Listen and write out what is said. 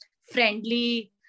friendly